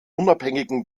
unabhängigen